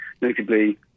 notably